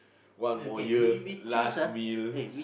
one more year last meal